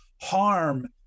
harm